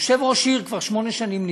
יושב ראש עיר כבר שמונה שנים,